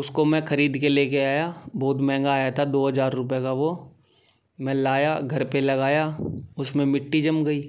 उसको मैं खरीद के ले कर आया बहुत महंगा आया था दो हज़ार रुपये का वह मैं लाया घर पर लगाया उसमें मिट्टी जम गई